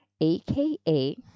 aka